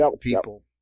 people